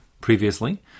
previously